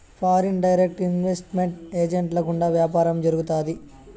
foreign direct investment ఏజెంట్ల గుండా వ్యాపారం జరుగుతాది